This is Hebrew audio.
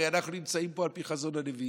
הרי אנחנו נמצאים פה על פי חזון הנביאים,